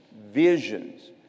visions